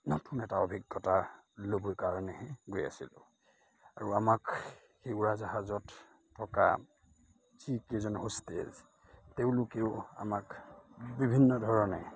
নতুন এটা অভিজ্ঞতা ল'বৰ কাৰণেহে গৈ আছিলোঁ আৰু আমাক সেই উৰাজাহাজত থকা যি কেইজন হোষ্টেজ তেওঁলোকেও আমাক বিভিন্ন ধৰণে